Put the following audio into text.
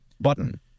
button